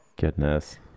goodness